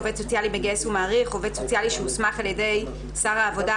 "עובד סוציאלי מגייס ומעריך" עובד סוציאלי שהוסמך על ידי שר העבודה,